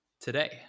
Today